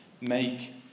make